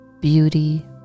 beauty